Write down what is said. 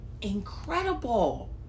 incredible